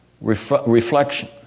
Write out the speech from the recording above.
Reflection